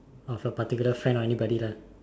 of a particular friend or aybody lah